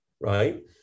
right